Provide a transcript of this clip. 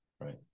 right